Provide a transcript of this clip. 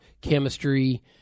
chemistry